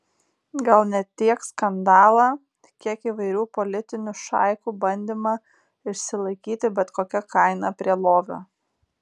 gal ne tiek skandalą kiek įvairių politinių šaikų bandymą išsilaikyti bet kokia kaina prie lovio